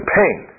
pain